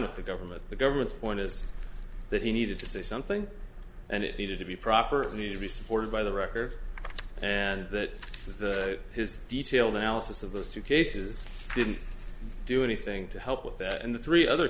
if the government the government's point is that he needed to say something and it needed to be proffered need to be supported by the record and that his detailed analysis of those two cases didn't do anything to help with that and the three other